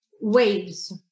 waves